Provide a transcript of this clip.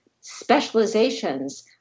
specializations